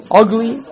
ugly